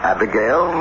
Abigail